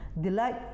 delight